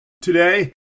Today